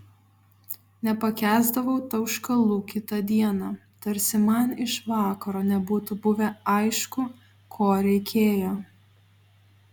nepakęsdavau tauškalų kitą dieną tarsi man iš vakaro nebūtų buvę aišku ko reikėjo